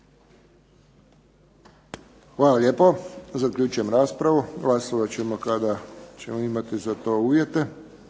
Hvala lijepo. Zaključujem raspravu. Glasovat ćemo kada ćemo imati za to uvjete.